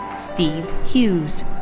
steve hughes.